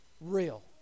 real